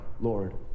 Lord